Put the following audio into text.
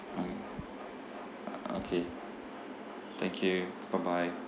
ah uh okay thank you bye bye